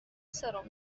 سرم